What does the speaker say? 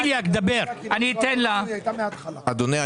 אדוני,